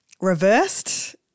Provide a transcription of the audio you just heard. reversed